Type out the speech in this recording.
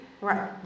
right